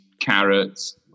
carrots